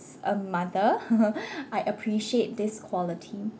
a mother I appreciate this quality